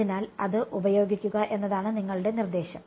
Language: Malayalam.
അതിനാൽ അത് ഉപയോഗിക്കുക എന്നതാണ് നിങ്ങളുടെ നിർദ്ദേശം